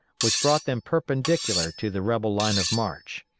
which brought them perpendicular to the rebel line of march.